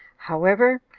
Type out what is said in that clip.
however,